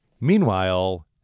Meanwhile